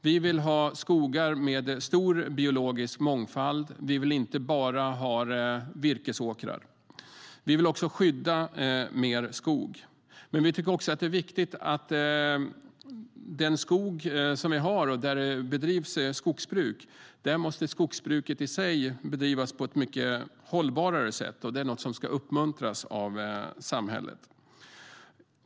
Vi vill ha skogar med stor biologisk mångfald; vi vill inte bara ha virkesåkrar. Vi vill också skydda mer skog. Vi anser även - och det är viktigt - att det skogsbruk vi har måste bedrivas på ett mycket hållbarare sätt. Det är något som ska uppmuntras av samhället.